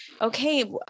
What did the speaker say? okay